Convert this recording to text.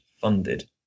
funded